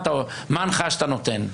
מה ההנחיה שאתה נותן?